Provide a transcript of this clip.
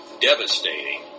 devastating